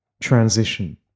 transition